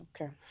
Okay